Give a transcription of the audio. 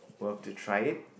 worth to try it